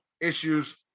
issues